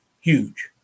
huge